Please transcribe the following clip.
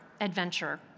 adventure